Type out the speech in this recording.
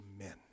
Amen